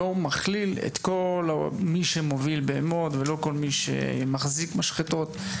לא מכליל את כל מי שמוביל בהמות ולא כל מי שמחזיק משחטות.